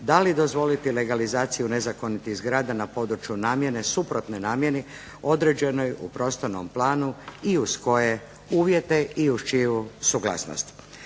da li dozvoliti legalizaciju nezakonitih zgrada na području namjene suprotne namjeni određenoj u prostornom planu i uz koje uvjete i uz čiju suglasnost.